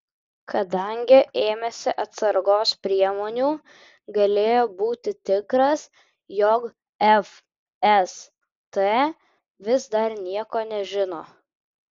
kadangi ėmėsi atsargos priemonių galėjo būti tikras jog fst vis dar nieko nežino